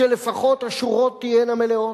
שלפחות השורות תהיינה מלאות.